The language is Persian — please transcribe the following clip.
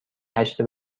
هشت